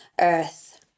earth